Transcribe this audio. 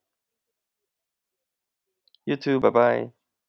you too bye bye